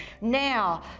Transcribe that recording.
Now